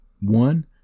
One